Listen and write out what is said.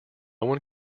one